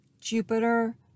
Jupiter